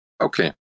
Okay